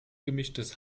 gemischtes